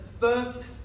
first